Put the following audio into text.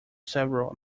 several